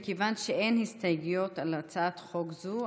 מכיוון שאין הסתייגויות להצעת חוק זו,